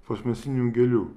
plastmasinių gėlių